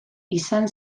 izan